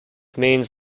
means